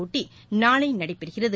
போட்டிநாளைநடைபெறுகிறது